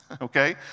okay